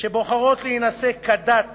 שבוחרות להינשא כדת